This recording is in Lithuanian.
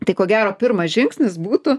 tai ko gero pirmas žingsnis būtų